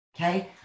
okay